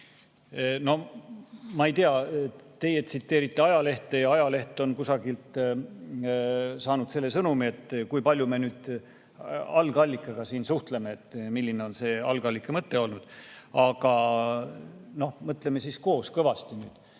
No ma ei tea, teie tsiteerite ajalehte ja ajaleht on kusagilt saanud selle sõnumi – [ei tea] kui palju me algallikaga siin suhtleme, milline on see algallika mõte olnud. Aga mõtleme siis nüüd koos kõvasti.